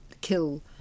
kill